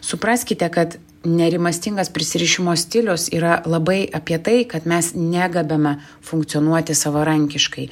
supraskite kad nerimastingas prisirišimo stilius yra labai apie tai kad mes negebame funkcionuoti savarankiškai